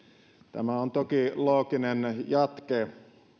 tämä on toki looginen jatke yhä